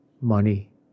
money